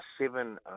seven